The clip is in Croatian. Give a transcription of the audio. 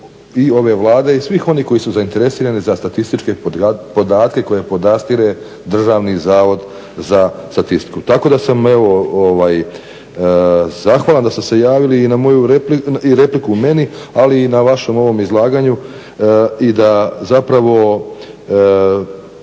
i ove Vlade i svih onih koji su zainteresirani za statističke podatke koje podastire Državni zavod za statistiku. Tako da sam evo zahvalan da ste se javili i repliku meni, ali i na vašem ovom izlaganju i da zapravo